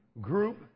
group